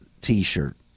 t-shirt